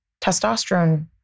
testosterone